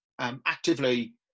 actively